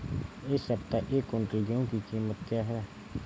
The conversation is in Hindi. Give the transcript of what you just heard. इस सप्ताह एक क्विंटल गेहूँ की कीमत क्या है?